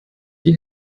die